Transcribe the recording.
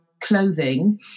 clothing